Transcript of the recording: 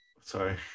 sorry